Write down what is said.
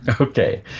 okay